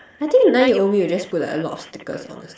I think nine year old me would just put like a lot of stickers honestly